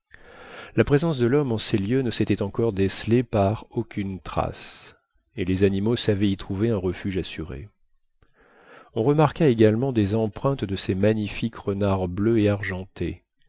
la présence de l'homme en ces lieux ne s'était encore décelée par aucune trace et les animaux savaient y trouver un refuge assuré on remarqua également des empreintes de ces magnifiques renards bleus et argentés